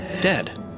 Dead